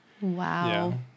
Wow